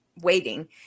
waiting